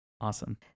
awesome